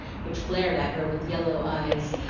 which glared at her with yellow eyes,